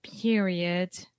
period